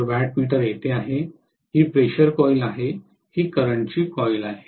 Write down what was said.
तर वॅटमीटर येथे आहे ही प्रेशर कॉइल आहे ही करंट ची कॉइल आहे